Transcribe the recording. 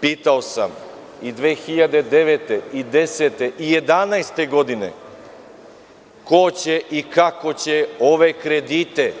Pitao sam i 2009, 2010, 2011. godine – ko će i kako će ove kredite